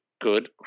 good